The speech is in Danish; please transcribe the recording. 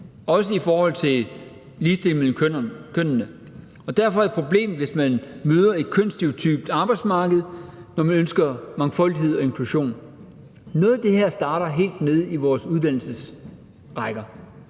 også i forhold til ligestilling mellem kønnene, og derfor er det et problem, hvis man møder et kønsstereotypt arbejdsmarked, når man ønsker mangfoldighed og inklusion. Noget af det her starter helt nede i vores uddannelsesrækker.